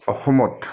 অসমত